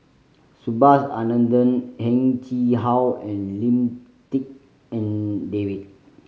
Subhas Anandan Heng Chee How and Lim Tik En David